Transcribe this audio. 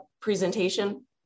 presentation